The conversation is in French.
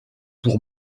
pour